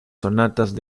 sonatas